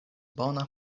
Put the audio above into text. bona